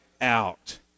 out